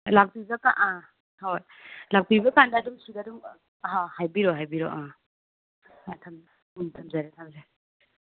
ꯂꯥꯛꯄꯤꯕꯀꯥꯟ ꯍꯣꯏ ꯂꯥꯛꯄꯤꯕꯀꯥꯟꯗ ꯑꯗꯨꯝ ꯁꯤꯗꯗꯨꯝ ꯑꯍꯥ ꯍꯥꯏꯕꯤꯔꯣ ꯍꯥꯏꯕꯤꯔꯣ ꯑ ꯊꯝ ꯎꯝ ꯊꯝꯖꯔꯦ ꯊꯝꯖꯔꯦ